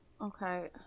Okay